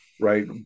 right